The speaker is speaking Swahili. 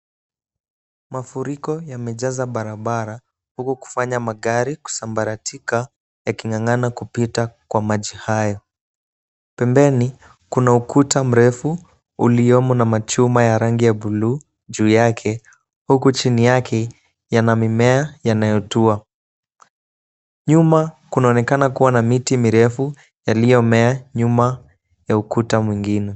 Mafuriko yamejaza barabara huku kufanya magari kusambaratika yaking'ang'ana kupita kwa maji hayo. Pembeni kuna ukuta mrefu uliomo na machuma ya rangi ya buluu juu yake huku chini yake yana mimea yanayotua. Nyuma kunaonekana kuwa na miti mirefu yaliyomea nyuma ya ukuta mwingine.